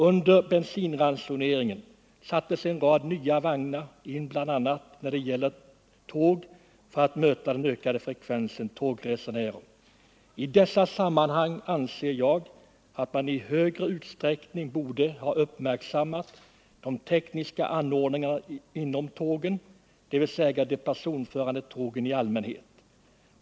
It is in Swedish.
Under bensinransoneringen sattes en rad nya vagnar in för att möta den ökade frekvensen tågresenärer. I detta sammanhang anser jag att man i större utsträckning borde ha uppmärksammat de tekniska anordningarna inom de personförande tågen i allmänhet.